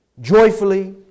joyfully